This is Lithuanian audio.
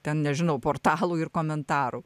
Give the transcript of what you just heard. ten nežinau portalų ir komentarų